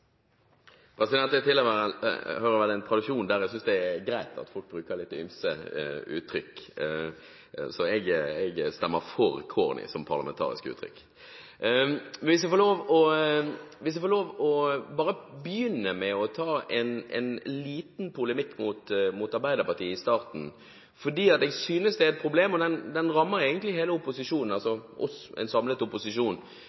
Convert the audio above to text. President, jeg tilhører den tradisjonen som synes det er greit at folk bruker litt ymse uttrykk, så jeg stemmer for «corny» som parlamentarisk uttrykk! Hvis jeg får lov til bare å ta en liten polemikk mot Arbeiderpartiet i starten, fordi jeg synes det er et problem – og det rammer egentlig